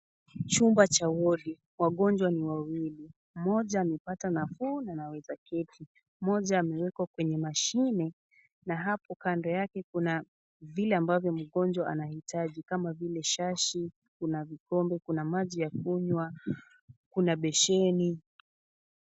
Chumba cha wodi. Wagonjwa ni wawili. Mmoja amepata nafuu na anaweza keti. Mmoja ameekwa kwenye mashine na hapo kando yake kuna vila ambavyo mgonjwa anahitaji kama vile shashi, kuna vikombe, kuna maji ya kunywa, kuna besheni.